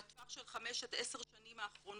בטווח של חמש עד עשר השנים האחרונות